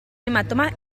hematoma